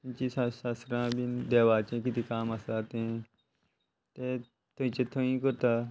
जी शास्त्रां बीन देवाचें कितें काम आसा तें ते थंयचे थंय करता